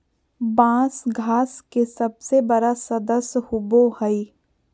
बाँस घास के सबसे बड़ा सदस्य होबो हइ